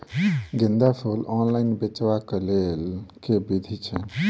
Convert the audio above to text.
गेंदा फूल ऑनलाइन बेचबाक केँ लेल केँ विधि छैय?